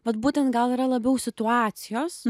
vat būtent gal yra labiau situacijos